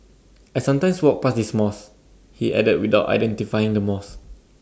I sometimes walk past this mosque he added without identifying the mosque